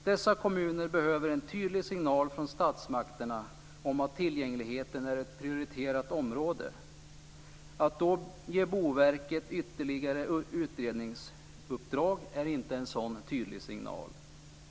Dessa kommuner behöver en tydlig signal från statsmakterna om att tillgängligheten är ett prioriterat område. Att då ge Boverket ytterligare utredningsuppdrag är inte en sådan tydlig signal.